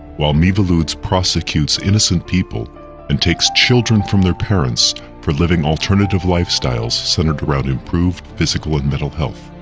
while miviludes prosecutes innocent people and takes children from their parents for living alternative lifestyles centered around improved physical and mental health.